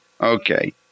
Okay